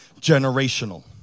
generational